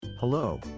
hello